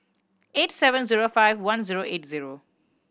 eight seven zero five one zero eight zero